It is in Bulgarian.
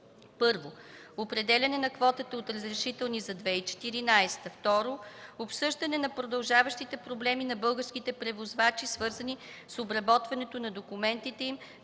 първо, определяне на квотата от разрешителни за 2014 г.; - второ, обсъждане на продължаващите проблеми на българските превозвачи, свързани с обработването на документите им